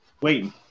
waiting